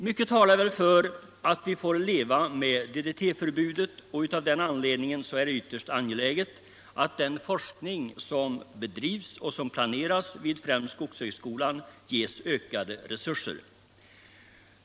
Mycket talar väl för att vi får leva med DDT-förbudet, och av den anledningen är det ytterst angeläget att den forskning som bedrivs och som planeras vid främst skogshögskolan ges ökade resurser.